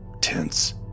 tense